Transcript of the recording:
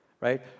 right